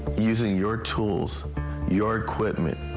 using your tools your quick.